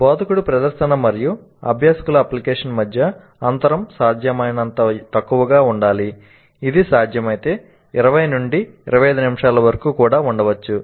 బోధకుడి ప్రదర్శన మరియు అభ్యాసకుల అప్లికేషన్ మధ్య అంతరం సాధ్యమైనంత తక్కువగా ఉండాలి ఇది సాధ్యమైతే 20 నుండి 25 నిమిషాల వరకు కూడా ఉండవచ్చు